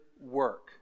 work